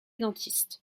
dentiste